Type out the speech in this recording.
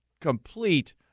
complete